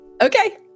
okay